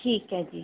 ਠੀਕ ਹੈ ਜੀ